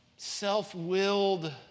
self-willed